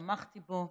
תמכתי בו,